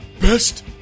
best